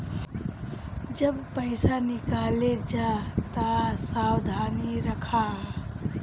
जब पईसा निकाले जा तअ सावधानी रखअ